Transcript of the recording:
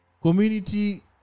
community